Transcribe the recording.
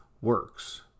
works